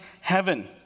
heaven